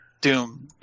Doom